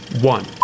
one